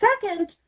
second